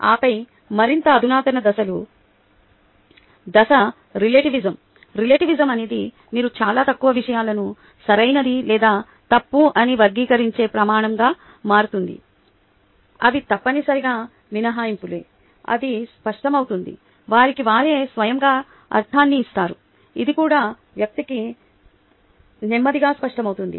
ఆపై మరింత అధునాతన దశలు ఐదవ దశ రిలేటివిస్మ్ రిలేటివిస్మ్ అనేది మీరు చాలా తక్కువ విషయాలను సరైనది లేదా తప్పు అని వర్గీకరించే ప్రమాణంగా మారుతుంది అవి తప్పనిసరిగా మినహాయింపులు అది స్పష్టమవుతుంది ఎవరికి వారే స్వయంగా అర్ధాన్ని ఇస్తారు ఇది కూడా వ్యక్తికి నెమ్మదిగా స్పష్టమవుతుంది